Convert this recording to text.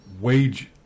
wage